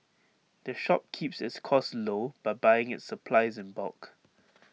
the shop keeps its costs low by buying its supplies in bulk